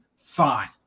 fine